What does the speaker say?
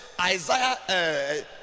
Isaiah